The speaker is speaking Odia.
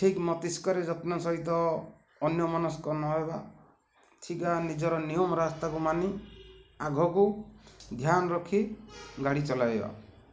ଠିକ୍ ମସ୍ତିଷ୍କରେ ଯତ୍ନ ସହିତ ଅନ୍ୟମନସ୍କ ନହବା ଠିକ୍ ନିଜର ନିୟମ ରାସ୍ତାକୁ ମାନି ଆଗକୁ ଧ୍ୟାନ୍ ରଖି ଗାଡ଼ି ଚଲାଇବା